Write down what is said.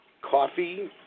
coffee